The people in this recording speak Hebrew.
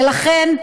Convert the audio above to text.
ולכן,